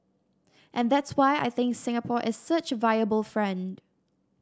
and that's why I think Singapore is such a viable friend